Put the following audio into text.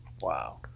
Wow